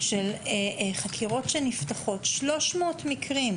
של חקירות שנפתחות 300 מקרים